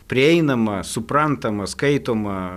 prieinamą suprantamą skaitomą